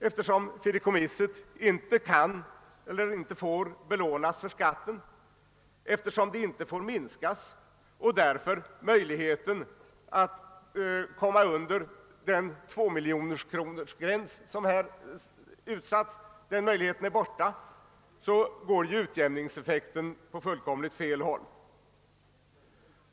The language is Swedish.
Eftersom fideikommisset inte kan eller inte får belånas för skatten, eftersom det inte får minskas och därför möjligheten att komma under den tvåmiljonerkronorsgräns som finns utsatt är borta, så går ju utjämningseffekten åt fullkomligt fel håll.